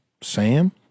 Sam